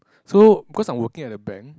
so because I'm working at the bank